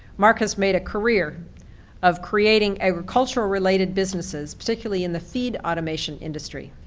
mark has made a career of creating agricultural related businesses, particularly in the feed automation industry.